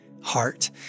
heart